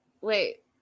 wait